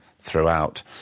throughout